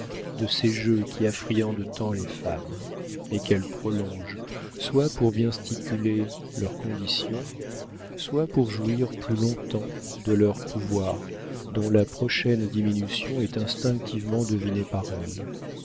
de ces jeux qui affriandent tant les femmes et qu'elles prolongent soit pour bien stipuler leurs conditions soit pour jouir plus longtemps de leur pouvoir dont la prochaine diminution est instinctivement devinée par elles